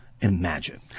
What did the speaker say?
imagine